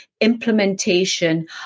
implementation